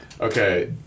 Okay